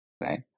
right